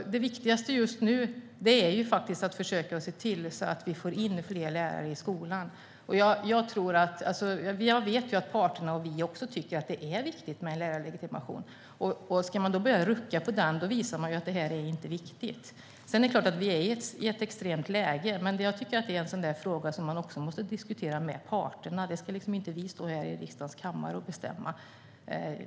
Det viktigaste just nu är att försöka få in fler lärare i skolan. Parterna och vi tycker att det är viktigt med lärarlegitimation. Ska man börja rucka på det visar man att det här inte är viktigt. Sedan är det klart att vi är i ett extremt läge, men jag tycker att detta är en fråga som man måste diskutera med parterna. Det här ska vi inte stå i riksdagens kammare och bestämma.